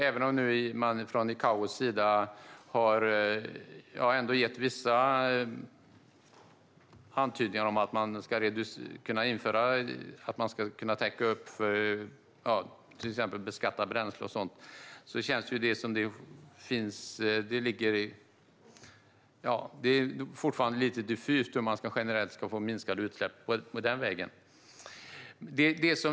Även om man nu från ICAO:s sida har gett vissa antydningar om att man ska kunna täcka upp för exempelvis beskattning av bränsle känns det som att det fortfarande är lite diffust hur generellt minskade utsläpp ska åstadkommas den vägen.